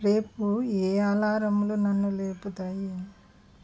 రేపు ఏ అలారంలు నన్ను లేపుతాయి